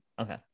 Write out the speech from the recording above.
okay